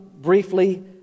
briefly